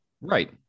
right